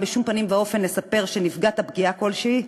בשום פנים ואופן לספר שנפגעת פגיעה כלשהי?